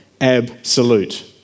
absolute